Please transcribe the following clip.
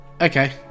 Okay